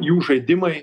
jų žaidimai